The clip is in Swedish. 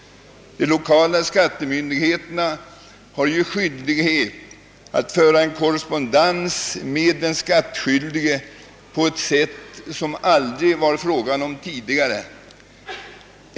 De lokala skattemyndigheterna har skyldighet att föra en korrespondens med de skattskyldiga på ett sätt som det aldrig var fråga om tidigare.